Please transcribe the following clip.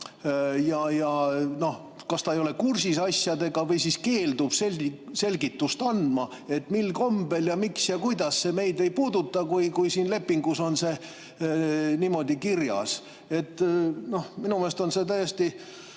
ja kas ei ole kursis asjadega või siis keeldub selgitust andmast. Mil kombel ja miks ja kuidas see meid ei puuduta, kui lepingus on niimoodi kirjas? Minu meelest on see parlamendi